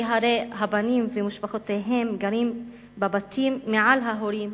כי הרי הבנים ומשפחותיהם גרים בבתים מעל ההורים,